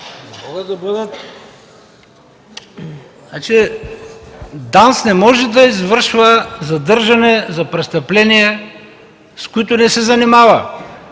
не може да извършва задържане за престъпления, с които не се занимава.